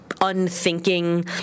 unthinking